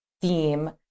theme